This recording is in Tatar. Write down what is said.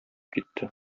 китте